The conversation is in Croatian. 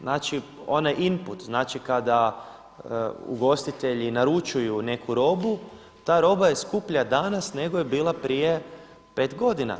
Znači, onaj input znači kada ugostitelji naručuju neku robu ta roba je skuplja danas nego je bila prije 5 godina.